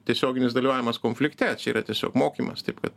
tiesioginis dalyvavimas konflikte čia yra tiesiog mokymas taip kad